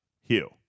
Hugh